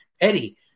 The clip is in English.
Eddie